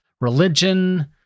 religion